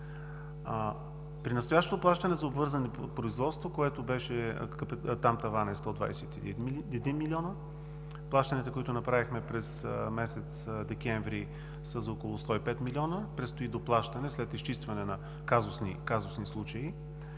При настоящото плащане за обвързани производства, а там таванът е 121 милиона, плащанията, които направихме през месец декември, са за около 105 милиона, предстои доплащане след изчистване на казусни случаи,